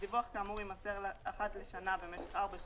דיווח כאמור יימסר אחת לשנה במשך ארבע שנים,